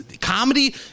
Comedy